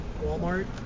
Walmart